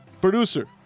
producer